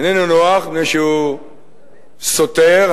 מפני שהוא סותר,